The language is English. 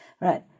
right